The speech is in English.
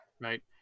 Right